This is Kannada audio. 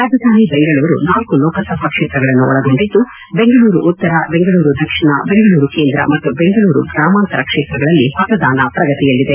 ರಾಜಧಾನಿ ಬೆಂಗಳೂರು ನಾಲ್ಕು ಲೋಕಸಭಾ ಕ್ಷೇತ್ರಗಳನ್ನು ಒಳಗೊಂಡಿದ್ದು ಬೆಂಗಳೂರು ಉತ್ತರ ಬೆಂಗಳೂರು ದಕ್ಷಿಣ ಬೆಂಗಳೂರು ಕೇಂದ್ರ ಮತ್ತು ಬೆಂಗಳೂರು ಗ್ರಾಮಾಂತರ ಕ್ಷೇತ್ರಗಳಲ್ಲಿ ಮತದಾನ ಪ್ರಗತಿಯಲ್ಲಿದೆ